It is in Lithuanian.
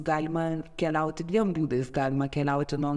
galima keliauti dviem būdais galima keliauti nuo